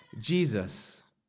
Jesus